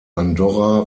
andorra